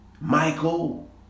Michael